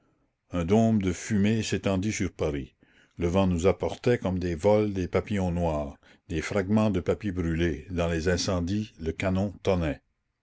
un dôme de fumée s'étendit sur paris le vent nous apportait comme des vols des pavillons noirs des fragments de papiers brûlés dans les incendies le canon